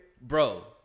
Bro